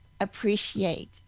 appreciate